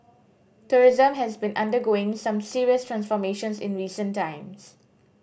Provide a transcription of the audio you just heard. tourism has been undergoing some serious transformations in recent times